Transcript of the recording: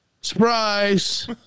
surprise